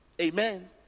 Amen